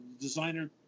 designer